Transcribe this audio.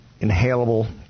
inhalable